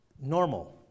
normal